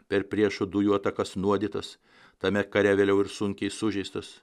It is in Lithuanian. per priešo dujų atakas nuodytas tame kare vėliau ir sunkiai sužeistas